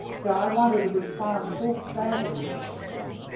yeah, i wanted to respond so badly last week.